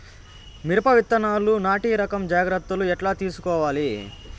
మిరప విత్తనాలు నాటి రకం జాగ్రత్తలు ఎట్లా తీసుకోవాలి?